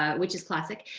ah which is classic.